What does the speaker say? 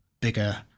bigger